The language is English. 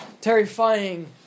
terrifying